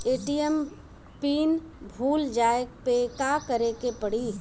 ATM PIN भूल जाए पे का करे के पड़ी?